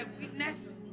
witness